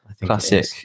classic